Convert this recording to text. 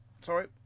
Sorry